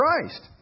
Christ